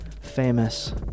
famous